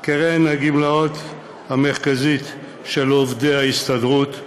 "קרן הגמלאות המרכזית של עובדי ההסתדרות",